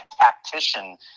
tactician